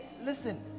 listen